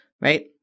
right